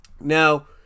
Now